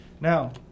Now